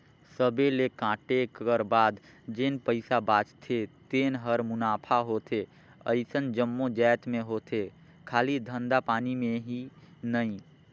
सबे ल कांटे कर बाद जेन पइसा बाचथे तेने हर मुनाफा होथे अइसन जम्मो जाएत में होथे खाली धंधा पानी में ही नई